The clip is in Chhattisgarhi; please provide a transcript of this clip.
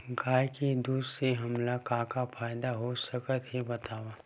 गाय के दूध से हमला का का फ़ायदा हो सकत हे बतावव?